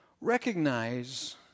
Recognize